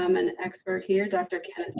um an expert here. doctor,